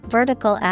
Vertical